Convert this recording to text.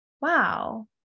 wow